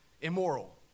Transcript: immoral